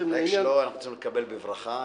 אנחנו רוצים לקבל בברכה,